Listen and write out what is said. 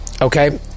Okay